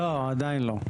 לא, עדיין לא.